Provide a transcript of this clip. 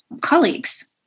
colleagues